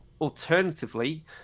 alternatively